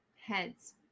Heads